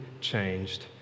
changed